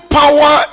power